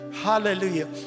hallelujah